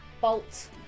bolt